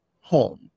home